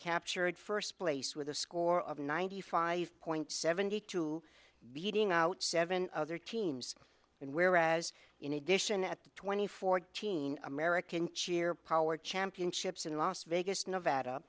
captured first place with a score of ninety five point seventy two beating out seven other teams in whereas in addition at the twenty fourteen american cheer power championships in las vegas nevada